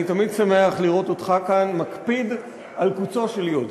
אני תמיד שמח לראות אותך כאן מקפיד על קוצו של יו"ד.